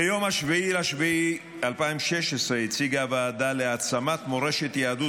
ביום 7 ביולי 2016 הוועדה להעצמת מורשת יהדות